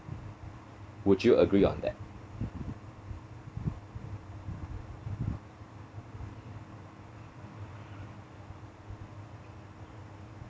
would you agree on that